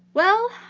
well,